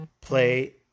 play